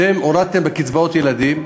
אתם הורדתם קצבאות ילדים,